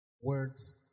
Words